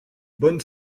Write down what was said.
bon